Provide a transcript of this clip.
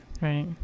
Right